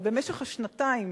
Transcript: אבל במשך השנתיים